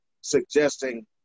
suggesting